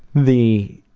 the.